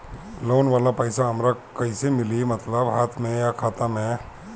Loan वाला पैसा हमरा कइसे मिली मतलब हाथ में या खाता में?